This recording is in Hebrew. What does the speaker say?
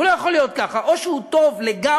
הוא לא יכול להיות ככה או שהוא טוב לגמרי,